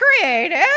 creative